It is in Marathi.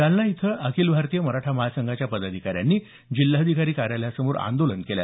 जालना इथं अखिल भारतीय मराठा महासंघाच्या पदाधिकाऱ्यांनी जिल्हाधिकारी कार्यालयासमोर आंदोलन केलं